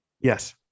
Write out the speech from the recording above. Yes